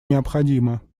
необходимо